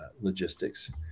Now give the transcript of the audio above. logistics